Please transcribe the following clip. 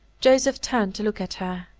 joseph turned to look at her,